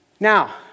Now